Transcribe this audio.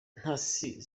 ntasi